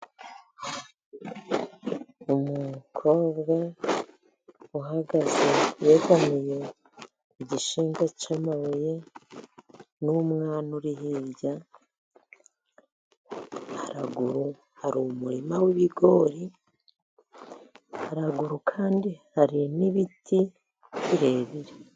Umukobwa uhagaze yegamiye igishyinga cy'amabuye n'umwana uri hirya, haraguru hari umurima w'ibigori, haguru kandi hari n'ibiti birebire.